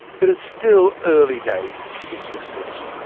but it's still early days for this research.